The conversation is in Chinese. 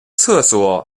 厕所